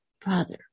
Father